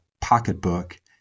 pocketbook